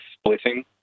splitting